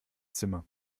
zimmer